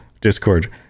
discord